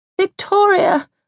Victoria